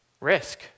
risk